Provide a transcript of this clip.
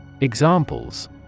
Examples